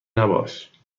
نباش